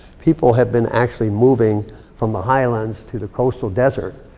people have been actually moving from the highlands to the coastal desert.